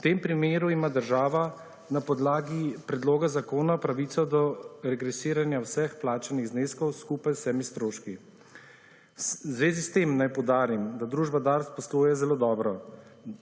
V tem primeru ima država na podlagi predloga zakona pravico do regresiranje vseh plačnih zneskov skupaj z vsemi stroški. V zvezi s tem naj poudarim, da družba DARS posluje zelo dobro.